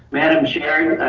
madam chair,